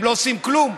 הם לא עושים כלום.